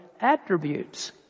attributes